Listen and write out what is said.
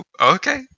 Okay